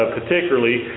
particularly